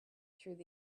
through